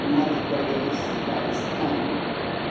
Madhya Pradesh Rajasthan